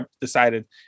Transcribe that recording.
decided